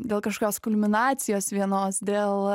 dėl kažkokios kulminacijos vienos dėl